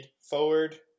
forward